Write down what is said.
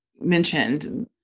mentioned